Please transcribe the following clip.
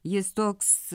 jis toks